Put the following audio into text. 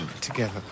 together